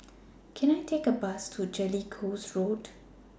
Can I Take A Bus to Jellicoe Road